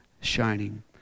shining